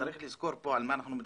צריך לזכור על מה אנחנו מדברים,